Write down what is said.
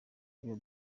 byo